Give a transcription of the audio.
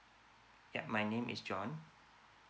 yup my name is john